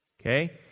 Okay